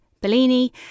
Bellini